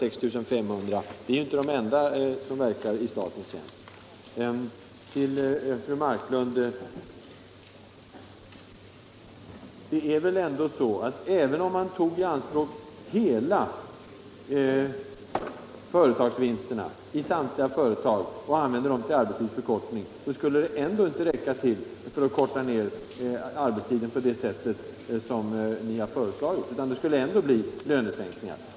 Även om man tog i anspråk vinsterna i samtliga företag och använde dem till arbetstidsförkortning, fru Marklund, skulle det ändå inte räcka till för att korta ned arbetstiden på det sätt som ni har föreslagit. Det skulle bli lönesänkningar.